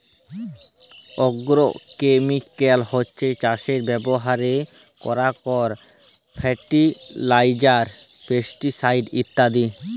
agrochemical হছ্যে চাসে ব্যবহার করারক ফার্টিলাইজার, পেস্টিসাইড ইত্যাদি